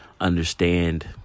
understand